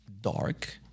dark